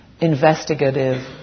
investigative